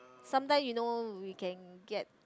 sometimes you know we can get